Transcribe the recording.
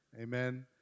Amen